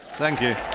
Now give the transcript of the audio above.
thank you.